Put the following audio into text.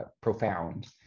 profound